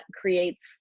creates